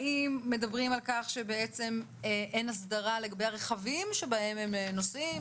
האם מדברים על כך שאין הסדרה לגבי הרכבים שבהם הם נוסעים?